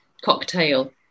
cocktail